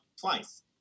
twice